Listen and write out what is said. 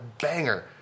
banger